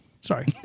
Sorry